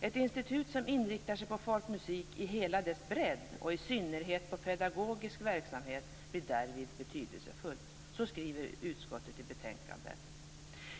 Ett institut som inriktar sig på folkmusiken i hela dess bredd och i synnerhet på pedagogisk verksamhet kan därvid bli betydelsefullt."